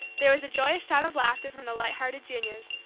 there was a joyous shout of laughter from the light-hearted juniors,